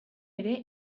ere